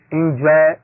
enjoy